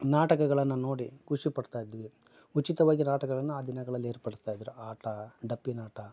ನಾಟಕಗಳನ್ನ ನೋಡಿ ಖುಷಿಪಡ್ತಾಯಿದ್ವಿ ಉಚಿತವಾಗಿ ನಾಟಕಗಳನ್ನ ಆ ದಿನಗಳಲ್ಲಿ ಏರ್ಪಡಿಸ್ತಾಯಿದ್ದರು ಆಟ ಡಪ್ಪಿನಾಟ